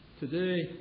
today